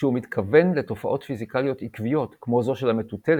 כשהוא מתכוון לתופעות פיזיקליות עקביות כמו זו של המטוטלת,